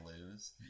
lose